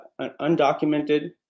undocumented